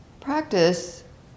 practice